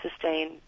sustain